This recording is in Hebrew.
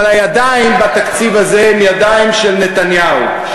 אבל הידיים בתקציב הזה הן הידיים של נתניהו.